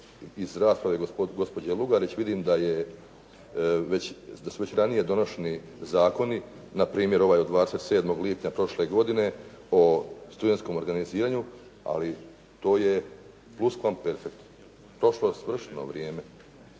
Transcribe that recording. iz rasprave gospođe Lugarić vidim da su već ranije donošeni zakon, npr. ovaj od 27. lipnja prošle godine o studenskom organiziranju, ali to je pluskvamperfekt, prošlo svršeno vrijeme.